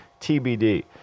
TBD